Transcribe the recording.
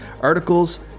articles